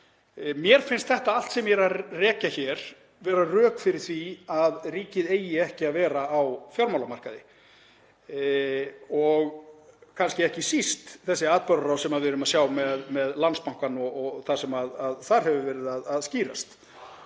Mér finnst það allt sem ég er að rekja hér vera rök fyrir því að ríkið eigi ekki að vera á fjármálamarkaði og kannski ekki síst sú atburðarás sem við höfum séð með Landsbankann og það sem þar hefur verið að skýrast.